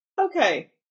Okay